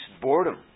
boredom